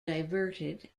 diverted